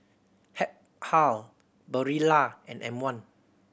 Habhal Barilla and M One